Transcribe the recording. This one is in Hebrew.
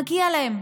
מגיע להם,